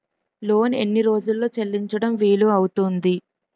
Loan ఎన్ని రోజుల్లో చెల్లించడం వీలు అవుతుంది?